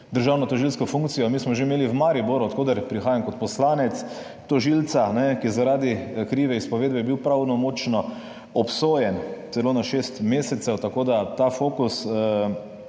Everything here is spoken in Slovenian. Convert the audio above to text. državnotožilsko funkcijo. Mi smo že imeli v Mariboru, od koder prihajam kot poslanec, tožilca, ki je bil zaradi krive izpovedbe pravnomočno obsojen, celo na šest mesecev. Tako da ta fokus